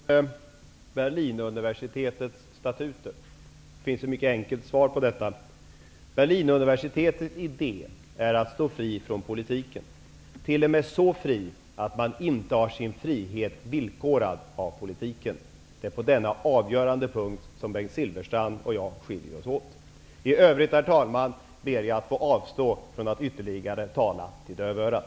Herr talman! Bengt Silfverstrand frågade mig om Berlinuniversitetets statuter. Det finns ett mycket enkelt svar på detta. Berlinuniversitetets idé är att stå fri från politiken, t.o.m. så fri att man inte har sin frihet villkorad av politiken. Det är på denna avgörande punkt som Bengt Silfverstrand och jag skiljer oss åt. Herr talman! I övrigt ber jag att få avstå från att ytterligare tala till dövörat.